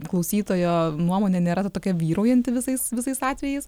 klausytojo nuomonė nėra ta tokia vyraujanti visais visais atvejais